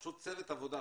פשוט צוות עבודה,